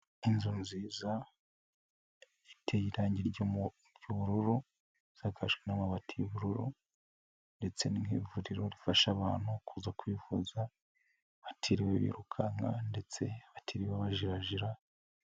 Inzu nziza, ifite irangi ry'ubururu, isakajwe n'amabati y'ubururu ndetse n' ivuriro rifasha abantu kuza kwivuza, batiriwe birukanka ndetse batiriwe bajarajara.